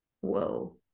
Whoa